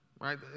right